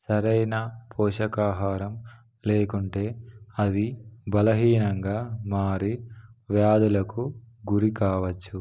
సరైన పోషకాహారం లేకుంటే అవి బలహీనంగా మారి వ్యాధులకు గురి కావచ్చు